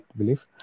believe